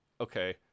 okay